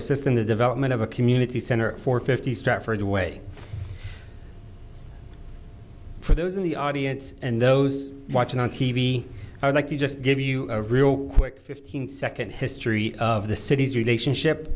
assist in the development of a community center for fifty strafford a way for those in the audience and those watching on t v i would like to just give you a real quick fifteen second history of the city's relationship